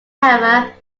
however